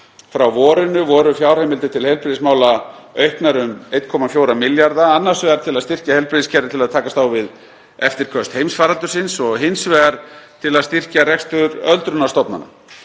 árs, voru fjárheimildir til heilbrigðismála auknar um 1,4 milljarða kr., annars vegar til að styrkja heilbrigðiskerfið til að takast á við eftirköst heimsfaraldursins og hins vegar til að styrkja rekstur öldrunarstofnana.